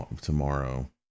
tomorrow